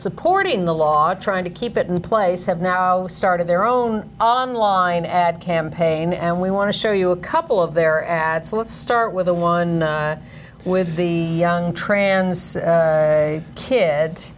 supporting the law trying to keep it in place have now started their own online ad campaign and we want to show you a couple of their ads so let's start with the one with the young trans